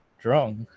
drunk